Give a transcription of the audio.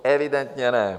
Evidentně ne!